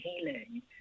healing